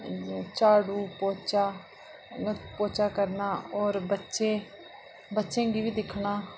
झाड़ू पोच्चा पोच्चा करना होर बच्चे बच्चें गी बी दिक्खना